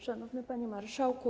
Szanowny Panie Marszałku!